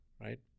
right